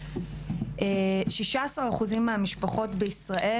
16 אחוזים מהמשפחות בישראל,